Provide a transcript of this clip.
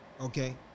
okay